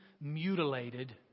mutilated